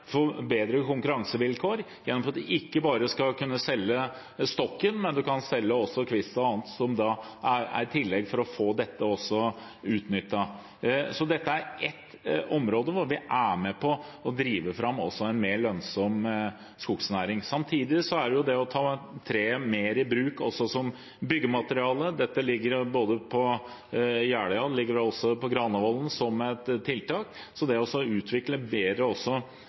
konkurransevilkår, gjennom at de skal kunne selge ikke bare stokken, men også kvist og annet, som er et tillegg for å få utnyttet også dette. Dette er ett område hvor vi er med på å drive fram en mer lønnsom skognæring. Samtidig er det dette å ta treet mer i bruk – også som byggemateriale. Dette ligger både i Jeløya-plattformen og vel også i Granavolden-plattformen som et tiltak. Så det å utvikle bedre prosjekter for også